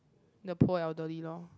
the poor elderly lor